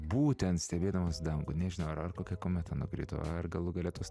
būtent stebėdamas dangų nežinau ar ar kokia kometa nukrito ar galų gale tuos